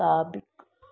साबिक़ु